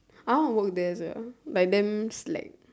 I wanna work there sia like damn slack